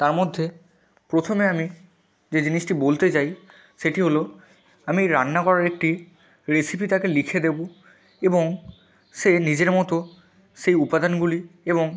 তার মধ্যে প্রথমে আমি যে জিনিসটি বলতে চাই সেটি হলো আমি রান্না করার একটি রেসিপি তাকে লিখে দেবো এবং সে নিজের মতো সেই উপাদানগুলি এবং